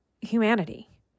humanity